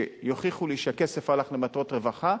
שיוכיחו לי שהכסף הלך למטרות רווחה,